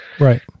Right